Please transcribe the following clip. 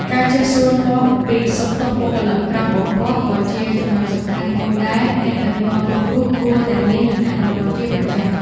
ការចេះសួរនាំពីសុខទុក្ខបុគ្គលិកក្រោមបង្គាប់ក៏ជាចំណុចសំខាន់មួយដែលអ្នកដឹកនាំគ្រប់រូបគួរតែមាននិងអនុវត្តជាប្រចាំ។